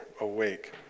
awake